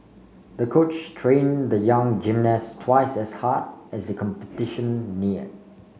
the coach train the young gymnast twice as hard as the competition near